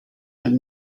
del